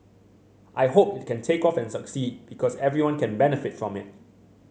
I hope it can take off and succeed because everyone can benefit from it